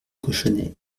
cochonnet